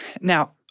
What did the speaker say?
Now